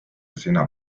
sina